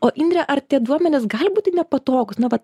o indre ar tie duomenys gali būti nepatogūs na vat